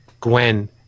Gwen